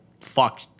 fuck